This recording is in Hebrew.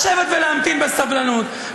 לשבת ולהמתין בסבלנות,